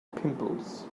pimples